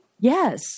yes